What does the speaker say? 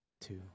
two